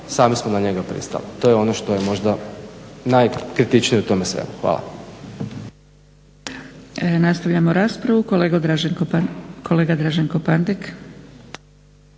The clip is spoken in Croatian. sami smo na njega pristali. To je ono što je možda najkritičnije u tome svemu. Hvala.